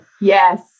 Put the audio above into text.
Yes